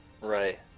Right